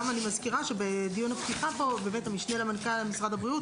אני מזכירה שבדיון הפתיחה המשנה למנכ"ל משרד הבריאות